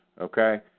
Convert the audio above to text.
okay